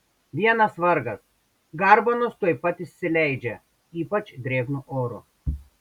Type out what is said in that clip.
vienas vargas garbanos tuoj pat išsileidžia ypač drėgnu oru